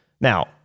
Now